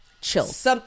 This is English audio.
chills